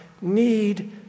need